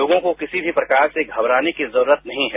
लोगों को किसी भी प्रकार से घबराने की जरूरत नहीं है